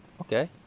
okay